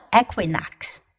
equinox